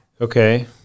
Okay